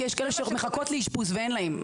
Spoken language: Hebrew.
כי יש כאלה שמחכות לאישפוז ואין להן.